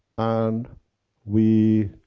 and we